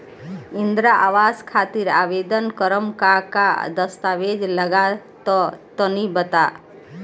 इंद्रा आवास खातिर आवेदन करेम का का दास्तावेज लगा तऽ तनि बता?